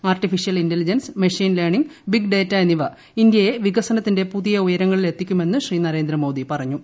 artificial intelligence machine learning big data എസ്സിൻ ഇന്ത്യയെ വികസനത്തിന്റെ പുതിയ ഉയരങ്ങളിലെത്തിക്കുമെന്ന് പ്രശീ നരേന്ദ്രമോദി പറഞ്ഞു